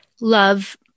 love